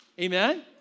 Amen